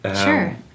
Sure